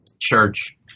church